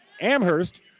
Amherst